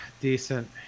Decent